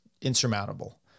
insurmountable